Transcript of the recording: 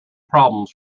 problems